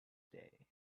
day